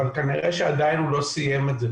אבל כנראה שעדיין הוא לא סיים את זה.